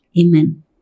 Amen